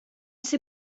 ser